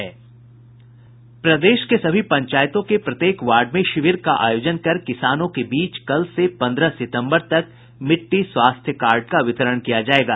प्रदेश के सभी पंचायतों के प्रत्येक वार्ड में शिविर का आयोजन कर किसानों के बीच कल से पन्द्रह सितम्बर तक मिट्टी स्वास्थ्य कार्ड का वितरण किया जायेगा